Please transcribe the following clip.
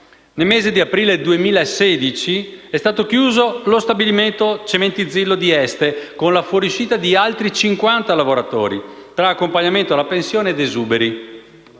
Nel mese di aprile 2016 è stato chiuso lo stabilimento Cementizillo di Este con la fuoriuscita di altri 50 lavoratori, tra accompagnamento alla pensione ed esuberi.